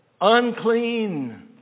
Unclean